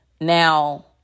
Now